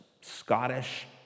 Scottish